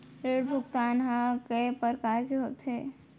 ऋण भुगतान ह कय प्रकार के होथे?